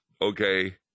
okay